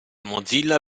mozilla